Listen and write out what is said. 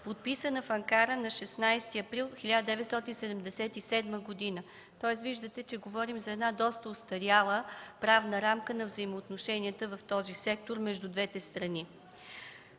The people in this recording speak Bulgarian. подписана в Анкара на 16 април 1977 г. Виждате, че говорим за доста остаряла правна рамка на взаимоотношенията в този сектор между двете страни.